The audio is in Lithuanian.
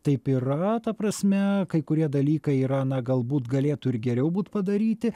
taip yra ta prasme kai kurie dalykai yra na galbūt galėtų ir geriau būt padaryti